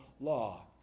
law